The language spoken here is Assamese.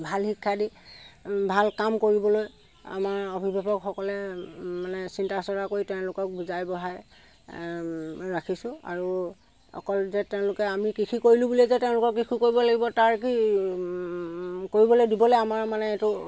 ভাল শিক্ষা দি ভাল কাম কৰিবলৈ আমাৰ অভিভাৱকসকলে মানে চিন্তা চৰ্চা কৰি তেওঁলোকক বুজাই বঢ়াই ৰাখিছোঁ আৰু অকল যে তেওঁলোকে আমি কৃষি কৰিলোঁ বুলিয়ে যে তেওঁলোকেও এইটো কৰিব লাগিব তাৰ কি কৰিবলৈ দিবলৈ মানে আমাৰ এইটো